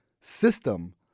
system